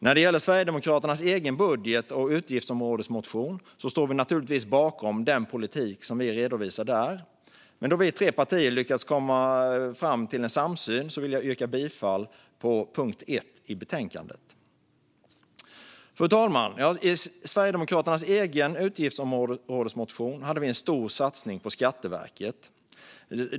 När det gäller Sverigedemokraternas egen budget och utgiftsområdesmotion står vi naturligtvis bakom den politik som vi redovisar där. Men då vi tre partier lyckades nå en samsyn vill jag yrka bifall till punkt 1 i utskottets förslag i betänkandet. Fru talman! Sverigedemokraterna hade i vår egen utgiftsområdesmotion en stor satsning på Skatteverket.